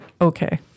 okay